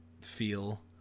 feel